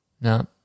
No